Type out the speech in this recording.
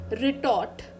retort